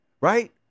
right